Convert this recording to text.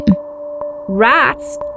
Rats